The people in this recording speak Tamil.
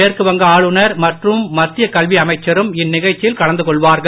மேற்கு வங்க ஆளுநர் மற்றும் மத்திய கல்வி அமைச்சரும் இந்நிகழ்ச்சியில் கலந்துகொள்வார்கள்